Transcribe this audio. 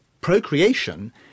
procreation